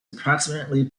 approximately